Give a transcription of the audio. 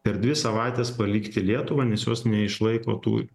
per dvi savaites palikti lietuvą nes jos neišlaiko tų